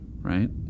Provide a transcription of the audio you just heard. right